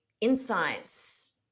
insights